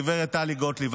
גב' טלי גוטליב,